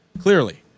Clearly